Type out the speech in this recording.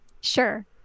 sure